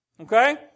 Okay